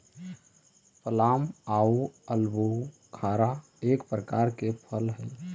plum आउ आलूबुखारा एक प्रकार के फल हई